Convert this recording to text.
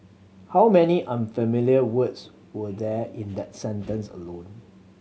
how many unfamiliar words were there in that sentence alone